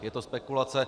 Je to spekulace.